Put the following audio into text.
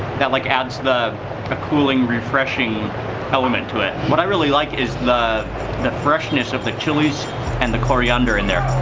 that like adds the ah cooling, refreshing element to it. what i really like is the the freshness of the chilies and the coriander in there.